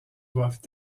doivent